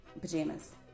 Pajamas